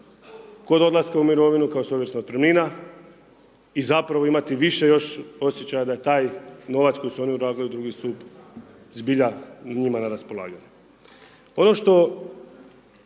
kod odlaska u mirovinu kao svojevrsna otpremnina i zapravo imati više još osjećaja da je taj novac koji su oni ugradili u drugi stup zbilja njima na raspolaganju.